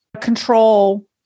control